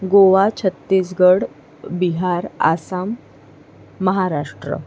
Goa Chhattisgarh Bihar Assam Maharashtra